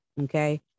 Okay